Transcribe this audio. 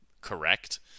correct